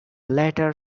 later